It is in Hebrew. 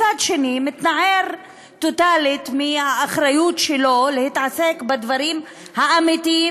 מצד שני מתנער טוטלית מהאחריות שלו להתעסק בדברים האמיתיים